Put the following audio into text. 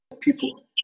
people